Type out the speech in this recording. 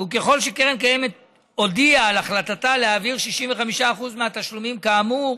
ככל שקרן הקיימת הודיעה על החלטתה להעביר 65% מהתשלומים כאמור,